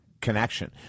connection